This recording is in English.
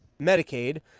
medicaid